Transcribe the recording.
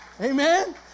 Amen